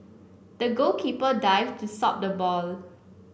the goalkeeper dived to stop the ball